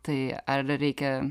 tai ar reikia